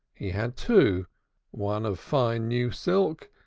he had two one of fine new silk,